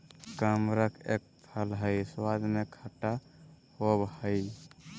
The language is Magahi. कमरख एक फल हई स्वाद में खट्टा होव हई